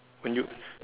when you